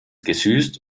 gesüßt